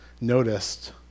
noticed